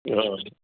हा